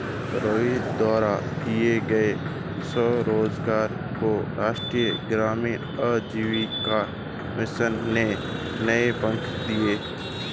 रोहित द्वारा किए गए स्वरोजगार को राष्ट्रीय ग्रामीण आजीविका मिशन ने नए पंख दिए